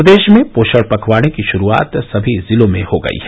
प्रदेश में पोषण पखवाड़े की शुरुआत सभी जिलों में हो गई है